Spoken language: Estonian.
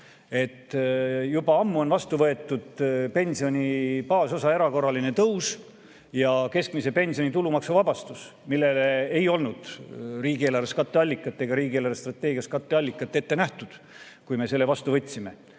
Juba ammu on vastu võetud pensioni baasosa erakorraline tõus ja keskmise pensioni tulumaksuvabastus, millele ei olnud riigieelarves ega riigi eelarvestrateegias katteallikat ette nähtud, kui me selle vastu võtsime.